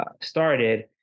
started